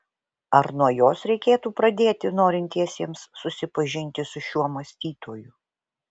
ar nuo jos reikėtų pradėti norintiesiems susipažinti su šiuo mąstytoju